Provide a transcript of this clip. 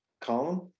column